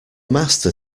master